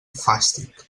fàstic